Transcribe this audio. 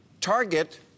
Target